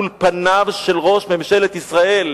מול פניו של ראש ממשלת ישראל,